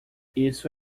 isso